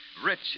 rich